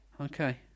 Okay